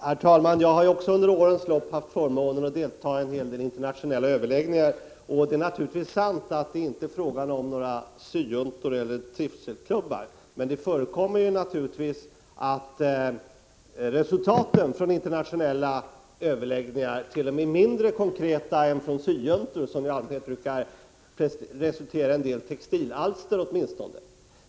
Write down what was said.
Herr talman! Under årens lopp har också jag haft förmånen att delta i en hel del internationella överläggningar. Det är naturligtvis sant att det inte är fråga om några syjuntor eller trivselklubbar, men det förekommer att resultaten från internationella överläggningar t.o.m. är mindre konkreta än dem från syjuntor, som i allmänhet brukar resultera i åtminstone en del textilalster.